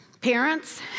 parents